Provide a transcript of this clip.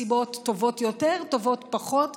מסיבות טובות יותר, טובות פחות,